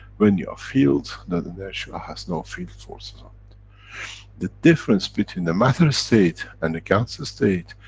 when you are fields, then inertia has no field forces on it the difference between the matter-state, and a gans-state,